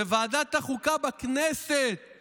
בוועדת החוקה בכנסת